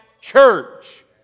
church